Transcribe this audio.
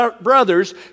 brothers